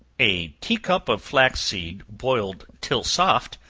a tea-cup of flaxseed boiled till soft,